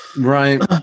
Right